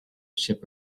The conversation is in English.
ship